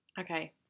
okay